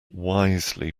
wisely